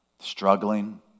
Struggling